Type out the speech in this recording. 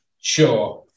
Sure